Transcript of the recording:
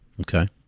Okay